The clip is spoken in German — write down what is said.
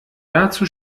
dazu